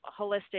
holistic